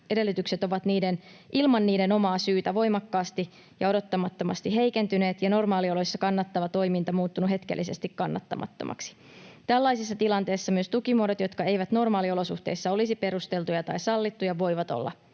toimintaedellytykset ovat ilman niiden omaa syytä voimakkaasti ja odottamattomasti heikentyneet ja normaalioloissa kannattava toiminta muuttunut hetkellisesti kannattamattomaksi. Tällaisissa tilanteissa myös tukimuodot, jotka eivät normaaliolosuhteissa olisi perusteltuja tai sallittuja, voivat olla